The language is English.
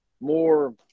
more